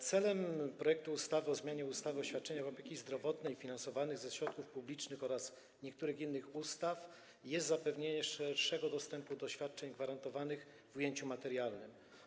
Celem projektu ustawy o zmianie ustawy o świadczeniach opieki zdrowotnej finansowanych ze środków publicznych oraz niektórych innych ustaw jest zapewnienie szerszego dostępu do świadczeń gwarantowanych w ujęciu materialnym.